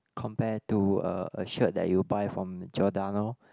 compare to a a shirt that you buy from Giordano